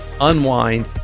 unwind